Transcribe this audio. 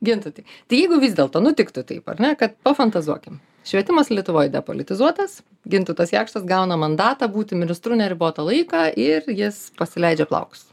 gintautai tai jeigu vis dėlto nutiktų taip ar ne kad pafantazuokim švietimas lietuvoj depolitizuotas gintautas jakštas gauna mandatą būti ministru neribotą laiką ir jis pasileidžia plaukus